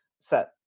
set